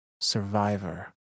survivor